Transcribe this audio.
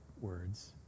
words